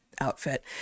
outfit